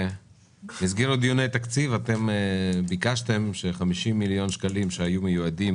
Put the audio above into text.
במסגרת דיוני התקציב אתם ביקשתם ש-50 מיליון שקלים שהיו מיועדים